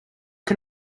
can